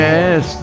Yes